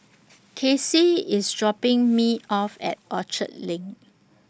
Casey IS dropping Me off At Orchard LINK